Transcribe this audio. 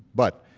but,